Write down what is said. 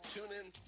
TuneIn